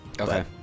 Okay